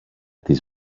της